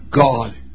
God